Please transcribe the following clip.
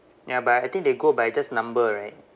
ya but I think they go by just number right